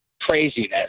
craziness